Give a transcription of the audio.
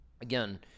Again